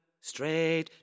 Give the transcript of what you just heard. Straight